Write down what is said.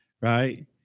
right